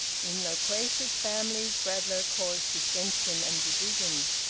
in loquacious families bradlaugh caused dissension and division,